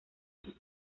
sus